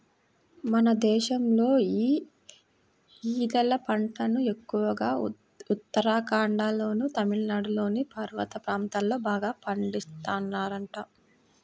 మన దేశంలో యీ ఊదల పంటను ఎక్కువగా ఉత్తరాఖండ్లోనూ, తమిళనాడులోని పర్వత ప్రాంతాల్లో బాగా పండిత్తన్నారంట